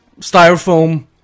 styrofoam